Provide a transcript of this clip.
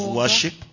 worship